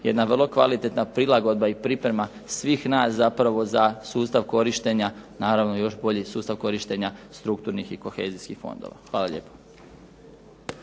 jedna vrlo kvalitetna prilagodba i priprema svih nas zapravo za sustav korištenja naravno još bolji sustav korištenja strukturnih i kohezijskih fondova. Hvala lijepa.